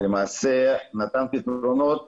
למעשה נתן פתרונות